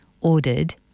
ordered